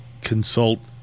consult